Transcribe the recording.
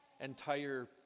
entire